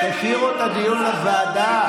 תשאירו את הדיון לוועדה.